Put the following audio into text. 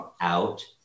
out